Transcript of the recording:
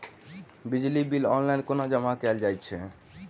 बिजली bill online कोना जमा कएल जाइत अछि?